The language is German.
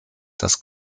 das